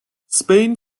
spain